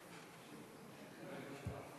ההצעה להעביר את הצעת חוק לתיקון פקודת